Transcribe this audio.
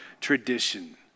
tradition